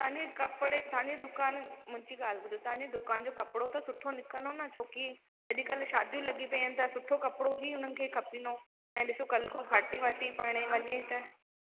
तव्हांजे कपिड़े तव्हांजी दुकानु मुंहिंजी ॻाल्हि ॿुधो तव्हांजी दुकान जो कपिड़ो त सुठो निकिरंदो न छो की अॼुकल्ह शादियूं लॻियूं पेयूं आहिनि त सुठो कपिड़ो ई उननि खे खपंदो ऐं ॾिसो कल्ह को फाटी वाटी पणे वञे त